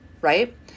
right